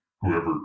whoever